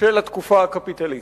של התקופה הקפיטליסטית.